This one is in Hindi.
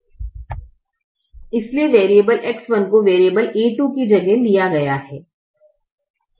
इसलिए वेरिएबल X1 को वेरिएबल a2 की जगह लिया गया है